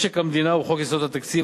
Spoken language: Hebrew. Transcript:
משק המדינה ובחוק יסודות התקציב,